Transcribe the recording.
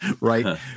right